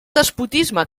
despotisme